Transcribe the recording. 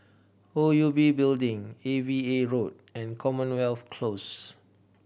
O U B Building A V A Road and Commonwealth Close